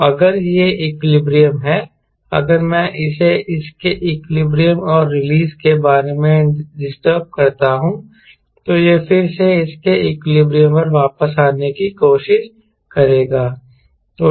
तो अगर यह इक्विलिब्रियम है अगर मैं इसे इसके इक्विलिब्रियम और रिलीज के बारे में डिस्टरब करता हूं तो यह फिर से इसके इक्विलिब्रियम पर वापस आने की कोशिश करेगा